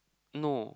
no